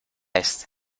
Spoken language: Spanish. este